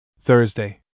Thursday